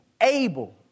able